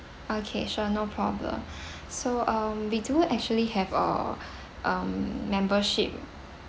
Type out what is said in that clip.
okay sure no problem so um we do actually have uh um membership